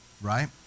right